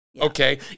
Okay